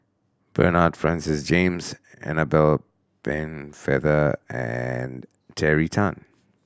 Bernard Francis James Annabel Pennefather and Terry Tan